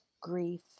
grief